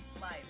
life